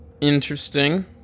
Interesting